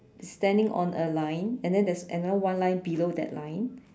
standing on a line and then there's another one line below that line